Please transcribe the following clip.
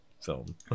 film